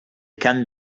can